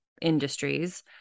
industries